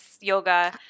yoga